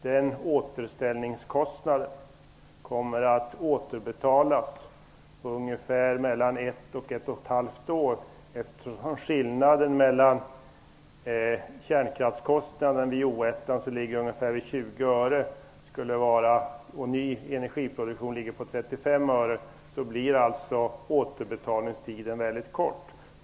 Den återställningskostnaden kommer att vara återbetald på ett till ett och ett halvt år. Eftersom skillnaden mellan kärnkraftskostnaden i O1 ligger ungefär vid 20 öre och ny energiproduktion ligger vid 35 öre så blir återbetalningstiden väldigt kort.